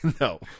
No